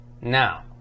Now